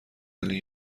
ولی